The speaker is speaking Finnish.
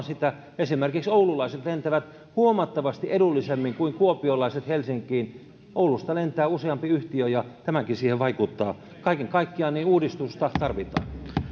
sitä esimerkiksi oululaiset lentävät huomattavasti edullisemmin kuin kuopiolaiset helsinkiin oulusta lentää useampi yhtiö ja tämäkin siihen vaikuttaa kaiken kaikkiaan uudistusta tarvitaan